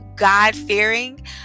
God-fearing